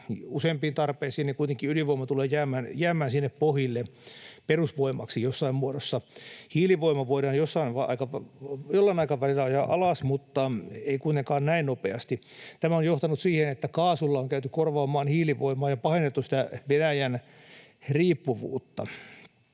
niin kuitenkin ydinvoima tulee jäämään sinne pohjille perusvoimaksi jossain muodossa. Hiilivoima voidaan jollain aikavälillä ajaa alas, mutta ei kuitenkaan näin nopeasti. Tämä on johtanut siihen, että kaasulla on käyty korvaamaan hiilivoimaa ja pahennettu sitä Venäjän-riippuvuutta.